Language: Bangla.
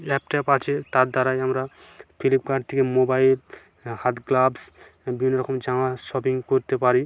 ল্যাপটপ আছে তার দ্বারাই আমরা ফ্লিপকার্ট থেকে মোবাইল হাত গ্লাভস বিভিন্ন রকম জামার শপিং করতে পারি